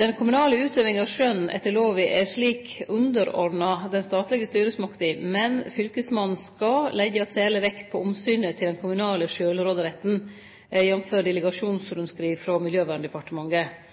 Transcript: Den kommunale utøvinga av skjønn etter lova er slik underordna den statlege styresmakta, men fylkesmannen skal leggje særleg vekt på omsynet til den kommunale sjølvråderetten, jf. delegasjonsrundskriv frå Miljøverndepartementet.